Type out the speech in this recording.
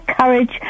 courage